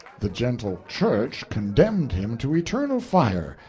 the gentle church condemned him to eternal fire,